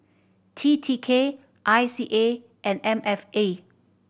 T T K I C A and M F A